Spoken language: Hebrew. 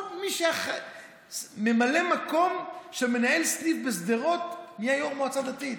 כל מי שממלא מקום של מנהל סניף בשדרות נהיה יו"ר מועצה דתית.